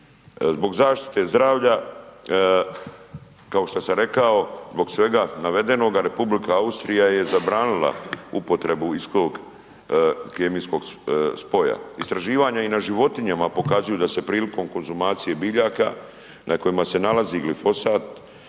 Zbog zaštite zdravlja kao što sam rekao zbog svega navedenoga Republika Austrija je zabranila upotrebu iz tog kemijskog spoja. Istraživanje i na životinjama pokazuju da se prilikom konzumacije biljaka na kojima se nalazi glifosat,